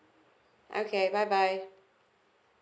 okay bye bye